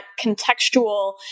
contextual